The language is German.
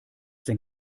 denn